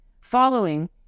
Following